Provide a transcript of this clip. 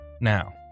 Now